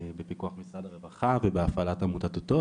בפיקוח משרד הרווחה ובהפעלת עמותת 'אותות'